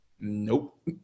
Nope